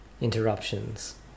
interruptions